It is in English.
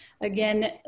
again